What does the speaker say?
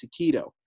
taquito